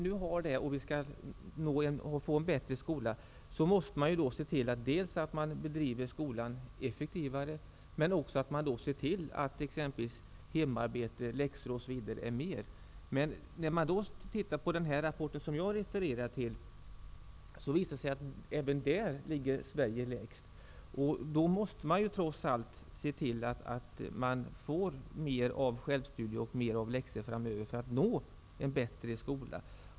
När så är fallet måste man se till att skolarbetet bedrivs effektivare och att det blir mer av läxor och hemarbete. När man tittar i den rapport som jag refererar till visar det sig att Sverige även där ligger lägst. Man måste trots allt se till att det framöver blir mer självstudier och läxor för att vi skall uppnå en bättre skola.